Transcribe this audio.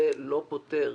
זה לא פוטר